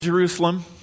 Jerusalem